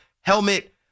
helmet